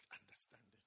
understanding